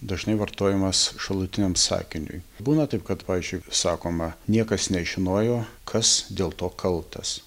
dažnai vartojamas šalutiniam sakiniui būna taip kad pavyzdžiui sakoma niekas nežinojo kas dėl to kaltas